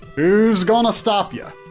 who's gonna stop ya?